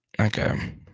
Okay